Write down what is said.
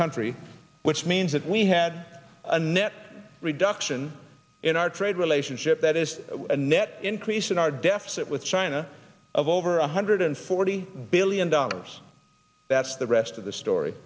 country which means that we had a net reduction in our trade relationship that is a net increase in our deficit with china of over one hundred forty billion dollars that's the rest of the story